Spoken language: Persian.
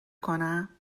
کنم